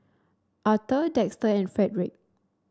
Arthor Dexter and Fredrick